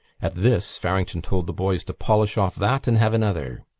at this farrington told the boys to polish off that and have another.